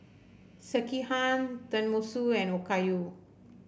Sekihan Tenmusu and Okayu